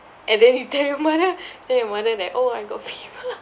and then you tell your mother you tell your mother that orh I got fever